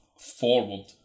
forward